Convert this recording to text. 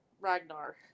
ragnar